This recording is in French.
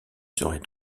serait